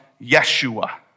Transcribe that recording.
Yeshua